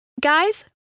Guys